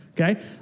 okay